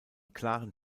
klaren